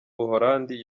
buhorandi